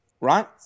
right